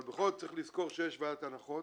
אבל בכל זאת צריך לזכור שיש ועדת הנחות